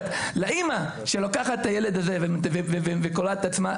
לאימא שלוקחת את הילד הזה וקורעת את עצמה,